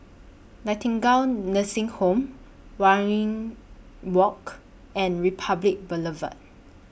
Nightingale Nursing Home Waringin Walk and Republic Boulevard